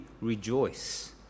rejoice